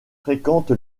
fréquente